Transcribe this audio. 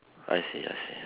I see I see